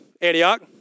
Antioch